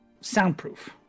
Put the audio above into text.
soundproof